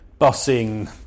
bussing